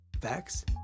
facts